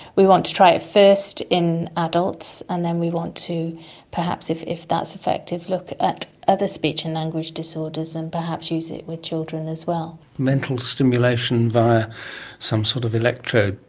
we want to try it first in adults and then we want to perhaps, if if that's effective, look at other speech and language disorders and perhaps use it with children as well. mental stimulation via some sort of electrode,